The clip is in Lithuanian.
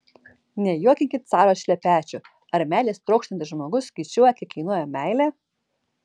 nejuokinkit caro šlepečių ar meilės trokštantis žmogus skaičiuoja kiek kainuoja meilė